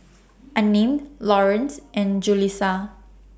Unnamed Lawrence and Jaleesa